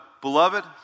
Beloved